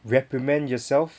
reprimand yourself